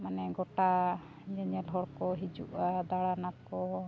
ᱢᱟᱱᱮ ᱜᱚᱴᱟ ᱧᱮᱧᱮᱞ ᱦᱚᱲ ᱠᱚ ᱦᱤᱡᱩᱜᱼᱟ ᱫᱟᱬᱟᱱ ᱟᱠᱚ